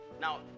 now